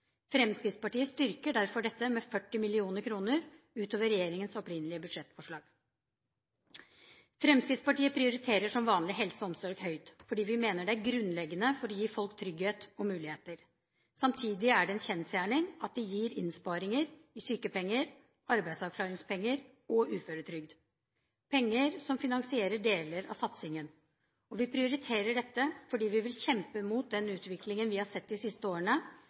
Fremskrittspartiet styrker derfor dette med 40 mill. kr utover regjeringens opprinnelige budsjettforslag. Fremskrittspartiet prioriterer som vanlig helse og omsorg høyt, fordi vi mener det er grunnleggende for å gi folk trygghet og muligheter. Samtidig er det en kjensgjerning at det gir innsparinger i sykepenger, arbeidsavklaringspenger og uføretrygd – penger som finansierer deler av satsingen. Vi prioriterer dette fordi vi vil kjempe mot den utviklingen vi har sett de siste årene,